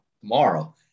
tomorrow